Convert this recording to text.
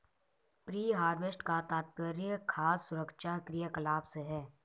pre harvest का तात्पर्य खाद्य सुरक्षा क्रियाकलाप से है